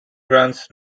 runs